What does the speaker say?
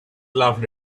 laughed